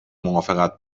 موافقت